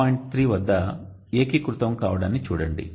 3 వద్ద ఏకీకృతం కావడాన్ని చూడండి